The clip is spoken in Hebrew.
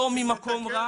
לא ממקום רע, ממקום טוב.